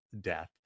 death